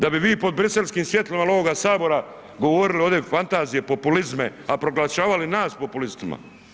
Da bi vi pod Briselskim svjetlima il ovoga sabora govorili ovdje fantazije, populizme, a proglašavali nas populistima.